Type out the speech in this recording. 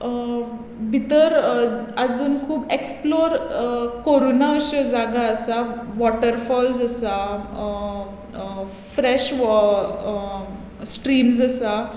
भितर आजून खूब एक्सप्लोर करूना अश्यो जागो आसा वोटरफॉल्स आसा फ्रेश स्ट्रिम्स आसा